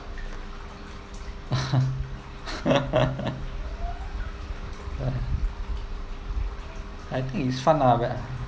I think it's fun ah